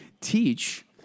teach